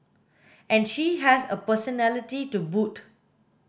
and she has a personality to boot